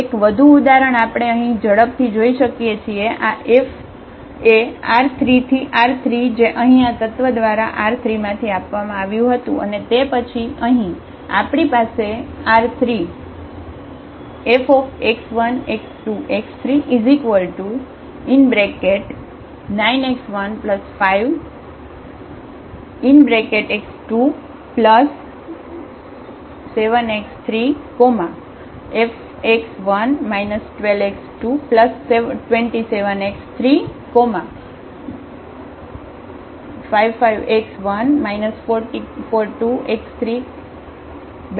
એક વધુ ઉદાહરણ આપણે અહીં ઝડપથી જોઈ શકીએ છીએ આFR3R3 જે અહીં આ તત્વ દ્વારા આર 3 માંથી આપવામાં આવ્યું હતું અને તે પછી અહીં આપણી પાસે R3 Fx1x2x39x15x27x35x1 12x227x355x1 42x3 પણ છે